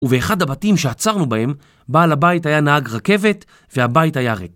ובאחד הבתים שעצרנו בהם, בעל הבית היה נהג רכבת והבית היה ריק.